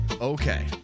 Okay